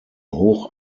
hoch